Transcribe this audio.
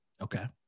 Okay